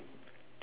but